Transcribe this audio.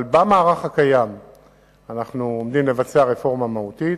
אבל במערך הקיים אנחנו עומדים לבצע רפורמה מהותית,